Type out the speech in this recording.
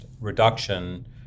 reduction